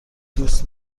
دوست